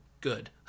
good